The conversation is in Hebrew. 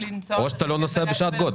או שאתה לא נוסע בשעת גודש.